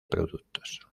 productos